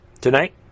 tonight